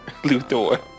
Luthor